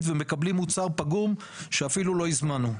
ומקבלים מוצר פגום שאפילו לא הזמנו.